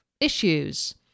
issues